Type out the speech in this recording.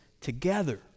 together